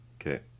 Okay